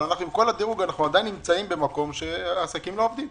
אבל אנחנו עדיין במקום שעסקים לא עובדים.